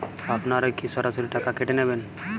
আপনারা কি সরাসরি টাকা কেটে নেবেন?